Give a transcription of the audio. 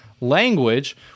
language